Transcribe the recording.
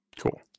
Cool